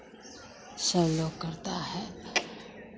सब लोग करता है